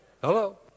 Hello